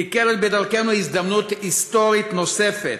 בבקשה נרגשת: נקרית בדרכנו הזדמנות היסטורית נוספת.